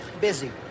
busy